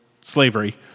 slavery